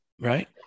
right